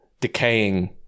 decaying